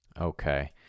Okay